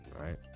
right